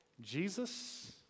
Jesus